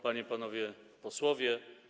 Panie i Panowie Posłowie!